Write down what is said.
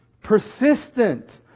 persistent